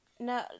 No